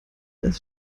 das